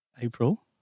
April